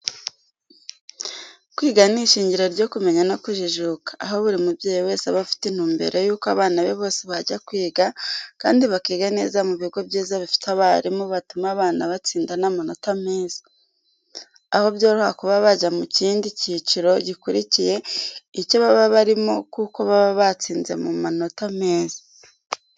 Kwiga ni ishingiro ryo kumenya no kujijuka, aho buri mubyeyi wese aba afite intumbero y'uko abana be bose bajya kwiga kandi bakiga neza mu bigo byiza bifite abarimu batuma abana batsinda n'amanota meza, aho byoroha kuba bajya mu kindi cyiciro gikurikiye icyo baba barimo kuko baba batsinze mu manota meza.